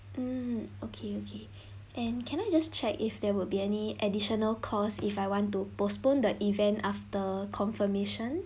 um okay okay and can I just check if there would be any additional costs if I want to postpone the event after confirmation